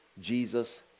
Jesus